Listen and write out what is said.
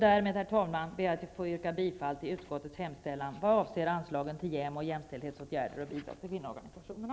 Därmed, herr talman, ber jag att få yrka bifall till utskottets hemställan vad avser anslagen till JämO, jämställdhetsåtgärder och bidrag till kvinnoorganisationerna.